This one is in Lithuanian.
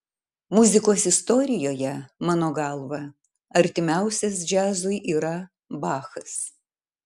muzikos istorijoje mano galva artimiausias džiazui yra bachas